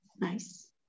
nice